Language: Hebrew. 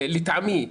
לטעמי,